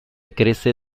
crece